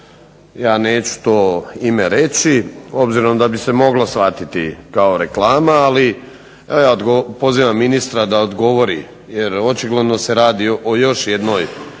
ja neću to ime reći, obzirom da bi se moglo shvatiti kao reklama, ali evo ja pozivam ministra da odgovori jer očigledno se radi o još jednoj